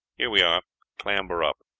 here we are clamber up.